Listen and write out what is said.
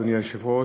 אדוני היושב-ראש,